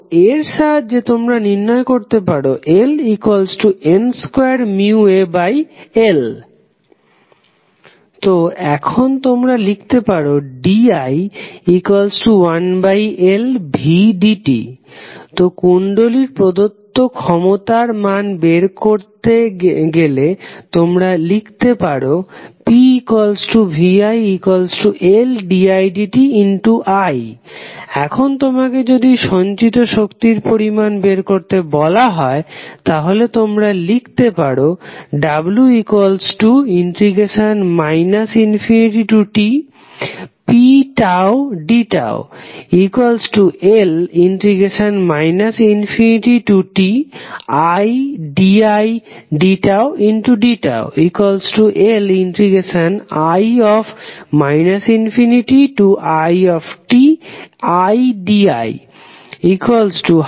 তো এর সাহাজ্যে তোমরা নির্ণয় করতে পারো LN2μAl তো এখন তোমরা লিখতে পারো di1Lvdt তো কুণ্ডলীর প্রদত্ত ক্ষমতার মান বের করতে তোমরা লিখতে পারো pviLdidti এখন তোমাকে যদি সঞ্চিত শক্তির পরিমাণ বের করতে বলা হয় তাহলে তোমরা লিখতে পারো w ∞tpdτL ∞tididτdτLi ∞itidi12Li2